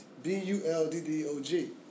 B-U-L-D-D-O-G